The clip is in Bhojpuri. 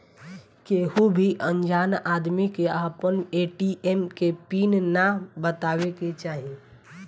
केहू भी अनजान आदमी के आपन ए.टी.एम के पिन नाइ बतावे के चाही